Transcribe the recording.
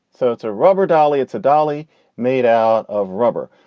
so it's a rubber, dollie, it's a dolly made out of rubber.